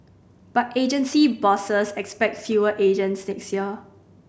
but agency bosses expect fewer agents next year